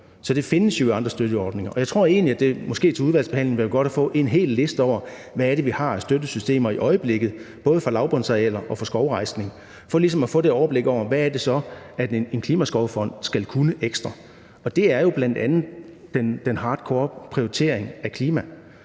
Så det findes jo i andre støtteordninger, og jeg tror egentlig, at det måske til udvalgsbehandlingen vil være godt at få en hel liste over, hvad det er, vi har af støttesystemer i øjeblikket, både for lavbundsarealer og for skovrejsning, for ligesom at få det overblik over, hvad det er, en klimaskovfond skal kunne ekstra. Det er jo bl.a. den hard core prioritering af klima,